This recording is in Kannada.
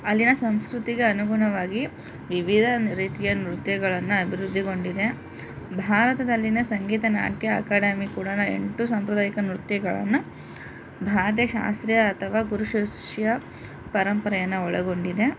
ಅಲ್ಲಿನ ಸಂಸ್ಕೃತಿಗೆ ಅನುಗುಣವಾಗಿ ವಿವಿಧ ರೀತಿಯ ನೃತ್ಯಗಳನ್ನು ಅಭಿವೃದ್ಧಿಗೊಂಡಿದೆ ಭಾರತದಲ್ಲಿನ ಸಂಗೀತ ನಾಟ್ಯ ಅಕಾಡೆಮಿ ಕೂಡ ಎಂಟು ಸಾಂಪ್ರದಾಯಿಕ ನೃತ್ಯಗಳನ್ನು ಶಾಸ್ತ್ರೀಯ ಅಥವಾ ಗುರು ಶಿಷ್ಯ ಪರಂಪರೆನ ಒಳಗೊಂಡಿದೆ